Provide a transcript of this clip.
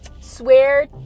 Swear